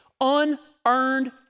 unearned